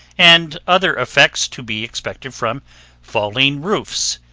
and other effects to be expected from falling roofs,